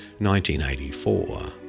1984